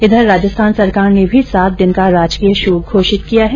इधर राजस्थान सरकार ने भी सात दिन का राजकीय शोक घोषित किया है